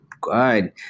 good